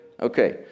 Okay